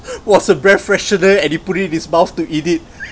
was a breath freshener and he put it in his mouth to eat it